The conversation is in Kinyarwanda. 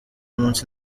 munsi